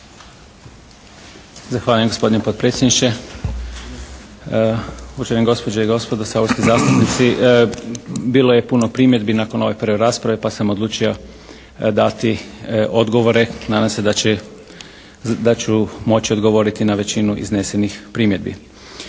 Zahvaljujem gospodine potpredsjedniče. Poštovane gospođe i gospodo saborski zastupnici bilo je puno primjedbi nakon ove prve rasprave pa sam odlučio dati odgovore, nadam se da će, da ću moći odgovoriti na većinu iznesenih primjedbi.